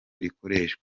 rikoreshwa